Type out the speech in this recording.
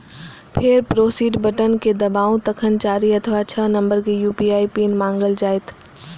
फेर proceed button कें दबाउ, तखन चारि अथवा छह नंबर के यू.पी.आई पिन मांगल जायत